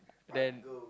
then